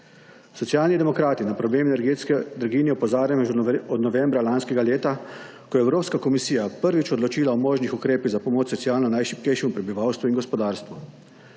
Socialni demokrati na problem energetske draginje opozarjamo že od novembra lanskega leta, ko je Evropska komisija prvič odločila o možnih ukrepih za pomoč socialno najšibkejšemu prebivalstvu in gospodarstvu.